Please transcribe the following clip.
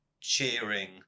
cheering